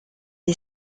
est